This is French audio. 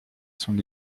son